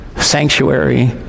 sanctuary